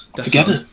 together